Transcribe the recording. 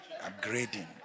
Upgrading